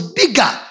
bigger